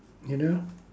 you know